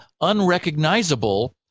unrecognizable